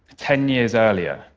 ten years earlier,